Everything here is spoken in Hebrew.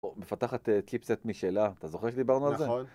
מפתחת צ'יפ-סט משלה, אתה זוכר שדיברנו על זה? - נכון